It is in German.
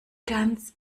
ganz